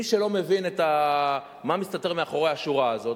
מי שלא מבין מה מסתתר מאחורי השורה הזאת,